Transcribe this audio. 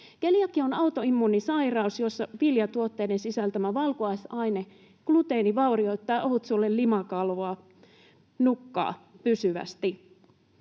Keliakia on autoimmuunisairaus, jossa viljatuotteiden sisältämä valkuaisaine gluteeni vaurioittaa ohutsuolen limakalvon nukkaa pysyvästi.